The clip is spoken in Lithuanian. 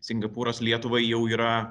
singapūras lietuvai jau yra